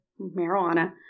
marijuana